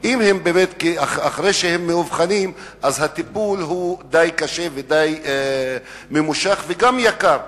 ואחרי שהם מאובחנים הטיפול די קשה, ממושך וגם יקר.